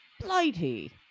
Blighty